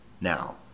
Now